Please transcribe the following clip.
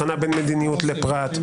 הבחנה בין מדיניות לפרט,